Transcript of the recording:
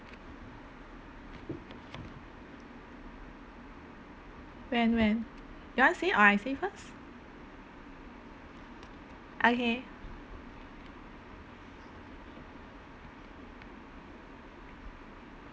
when when you want say or I say first okay